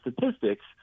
statistics